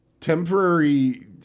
temporary